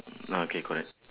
mm okay correct